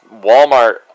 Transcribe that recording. Walmart